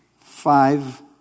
five